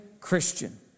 Christian